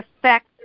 affect